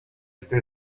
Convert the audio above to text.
este